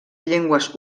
llengües